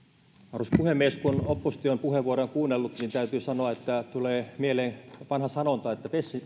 arvoisa puhemies kun opposition puheenvuoroja on kuunnellut niin täytyy sanoa että tulee mieleen vanha sanonta